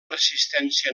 resistència